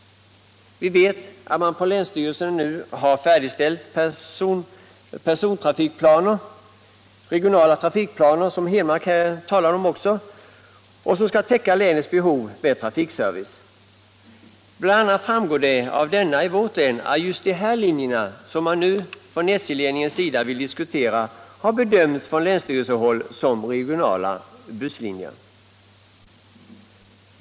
Vi vet att man på länsstyrelsen nu har färdigställt persontrafikplaner — regionala trafikplaner, som herr Henmark talade om — som skall täcka länets behov av trafikservice. Av dessa framgår bl.a. att just de här linjerna i vårt län, som SJ-ledningen nu vill diskutera, från länsstyrelsehåll har bedömts som regionala busslinjer.